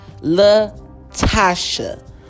latasha